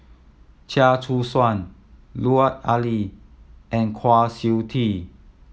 Chia Choo Suan Lut Ali and Kwa Siew Tee